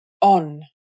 On